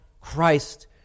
Christ